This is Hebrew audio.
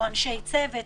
או אנשי צוות,